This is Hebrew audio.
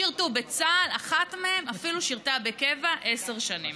שירתו בצה"ל, אחת מהן אפילו שירתה בקבע עשר שנים.